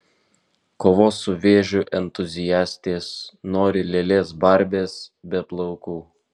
kovos su vėžiu entuziastės nori lėlės barbės be plaukų